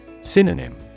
Synonym